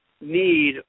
need